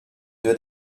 deux